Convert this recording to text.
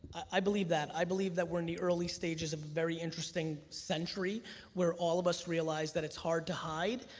i believe that. i believe that we're in the early stages of a very interesting century where all of us realize that it's hard to hide,